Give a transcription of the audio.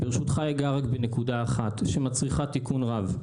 ברשותך, אגע רק בנקודה אחת שמצריכה תיקון רב.